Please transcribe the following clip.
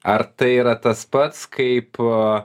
ar tai yra tas pats kaip a